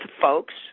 folks